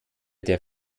der